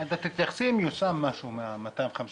תתייחסי אם יושם משהו מה-250 מיליון.